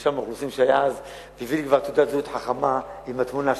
מרשם האוכלוסין והביא לי תעודת זהות חכמה עם התמונה שלי.